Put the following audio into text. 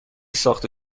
ساخته